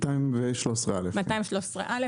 213א. 213א,